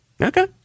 Okay